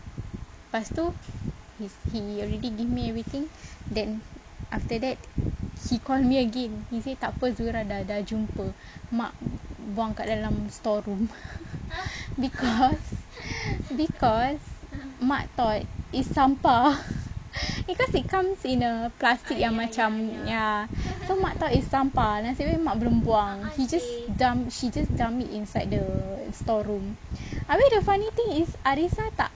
lepas tu he he already give me everything then after that he call me again he say takpe zurah dah dah jumpa mak buang kat dalam storeroom because because mak thought it's sampah because it comes in a plastic yang macam ya so mak thought it's sampah nasib baik mak belum buang he just dump she just dump it inside the storeroom abeh the funny thing is arrisa tak